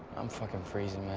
i'm fuckin' freezin',